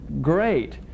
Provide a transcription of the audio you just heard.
great